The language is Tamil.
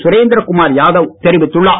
சுரேந்திரகுமார் யாதவ் தெரிவித்துள்ளார்